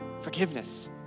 Forgiveness